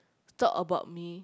talk about me